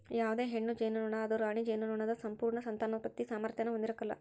ಯಾವುದೇ ಹೆಣ್ಣು ಜೇನುನೊಣ ಅದು ರಾಣಿ ಜೇನುನೊಣದ ಸಂಪೂರ್ಣ ಸಂತಾನೋತ್ಪತ್ತಿ ಸಾಮಾರ್ಥ್ಯಾನ ಹೊಂದಿರಕಲ್ಲ